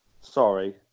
Sorry